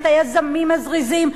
את היזמים הזריזים,